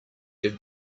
did